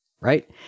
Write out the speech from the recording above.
right